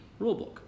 rulebook